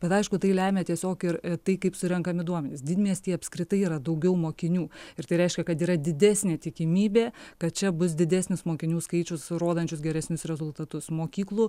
bet aišku tai lemia tiesiog ir tai kaip surenkami duomenys didmiestyje apskritai yra daugiau mokinių ir tai reiškia kad yra didesnė tikimybė kad čia bus didesnis mokinių skaičius rodančius geresnius rezultatus mokyklų